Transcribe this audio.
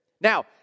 Now